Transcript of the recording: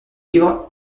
livres